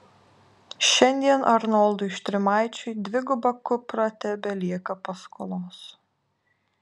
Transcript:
šiandien arnoldui štrimaičiui dviguba kupra tebelieka paskolos